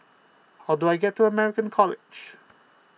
how do I get to American College